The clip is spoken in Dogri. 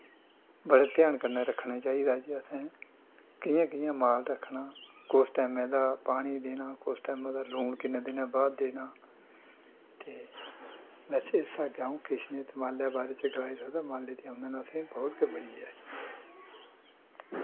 बड़े ध्यान कन्नै रक्खना चाहिदा जे असें कि'यां कि'यां माल रक्खना ऐ कुस टैमें दा पानी देना ऐ कुस टैमें दा लून किन्ने दिनें दे बाद देना ऐ ते बस इस अग्गें अ'ऊं किश निं माल्लै दे बारे च एह् गलाई सकदा माल्ले दी आमदन असेंगी बौह्त गै बड़ी ऐ